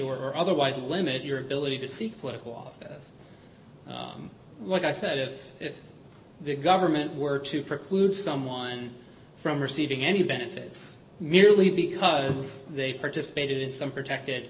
or otherwise limit your ability to seek political office like i said if the government were to preclude someone from receiving any benefits merely because they participated in some protected